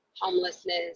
homelessness